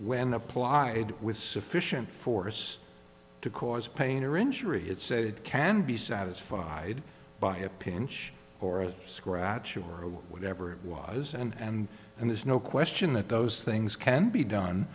when applied with sufficient force to cause pain or injury it said can be satisfied by a pinch or a scratch or whatever it was and and there's no question that those things can be done